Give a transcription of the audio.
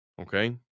okay